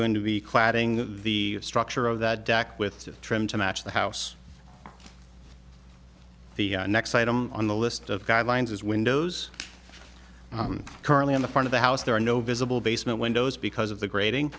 going to be cladding the structure of that deck with trim to match the house the next item on the list of guidelines is windows currently in the front of the house there are no visible basement windows because of the